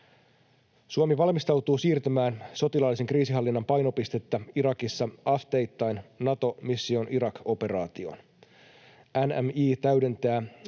Suomi valmistautuu siirtämään sotilaallisen kriisinhallinnan painopistettä Irakissa asteittain Nato Mission Iraq ‑operaatioon. NMI täydentää